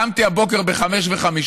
קמתי הבוקר ב-05:05,